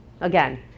Again